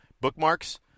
bookmarks